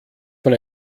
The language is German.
von